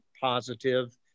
positive